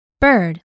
Bird